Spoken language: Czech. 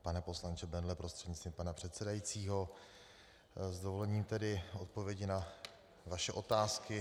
Pane poslanče Bendle prostřednictvím pana předsedajícího, s dovolením tedy odpovědi na vaše otázky.